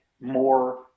more